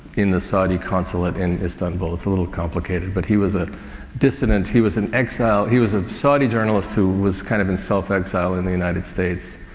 in the saudi consulate in istanbul. it's a little complicated. but he was a dissident. he was in exile. he was a saudi journalist who was kind of in self-exile in the united states.